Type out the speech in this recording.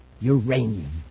Uranium